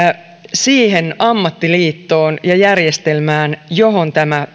siihen ammattiliittoon ja järjestelmään johon tämä